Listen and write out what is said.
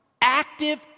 active